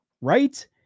Right